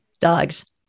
Dogs